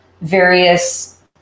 various